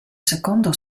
secondo